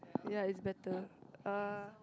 ya it's better uh